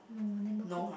no never cook